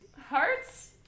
Hearts